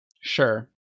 Sure